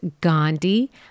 Gandhi